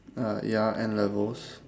uh ya N levels